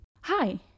Hi